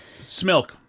Smilk